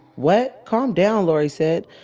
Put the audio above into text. what? calm down? lori said,